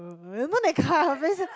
you know that kind of place lah